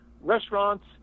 restaurants